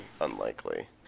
unlikely